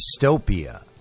dystopia